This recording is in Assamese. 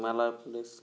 হিমালয়